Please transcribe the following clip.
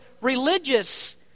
religious